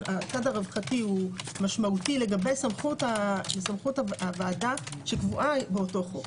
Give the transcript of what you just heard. הצד הרווחתי הוא משמעותי לגבי סמכות הוועדה שקבועה באותו חוק.